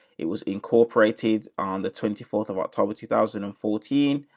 it was incorporated on the twenty fourth of october, two thousand and fourteen.